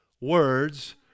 words